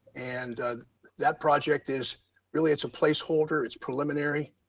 and that project is really, it's a placeholder it's preliminary